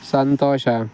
ಸಂತೋಷ